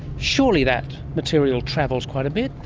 surely that material travels quite a bit?